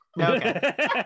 okay